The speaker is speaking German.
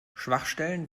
schwachstellen